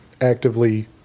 actively